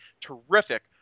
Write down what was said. terrific